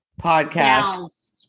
podcast